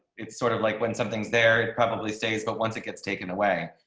it's sort of like when something's there probably stays. but once it gets taken away.